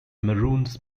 maroons